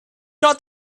got